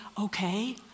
okay